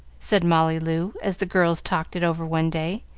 said molly loo, as the girls talked it over one day,